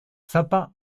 zappa